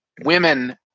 women